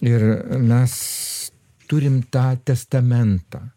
ir mes turim tą testamentą